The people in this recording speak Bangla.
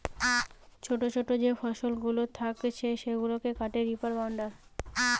ছোটো ছোটো যে ফসলগুলা থাকছে সেগুলাকে কাটে রিপার বাইন্ডার